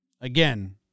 again